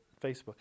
Facebook